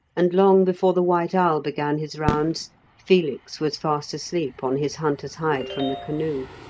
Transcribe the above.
and long before the white owl began his rounds felix was fast asleep on his hunter's hide from the canoe.